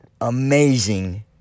amazing